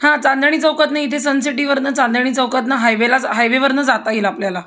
हां चांदणी चौकात नाही इथे सनसिटीवरून चांदणी चौकातून हायवेलाच हायवेवरून जाता येईल आपल्याला